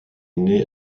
née